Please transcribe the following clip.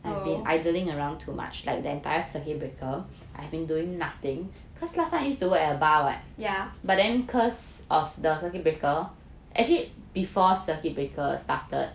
oh yeah